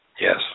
Yes